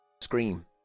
scream